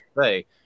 say